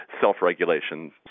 self-regulation